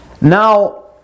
Now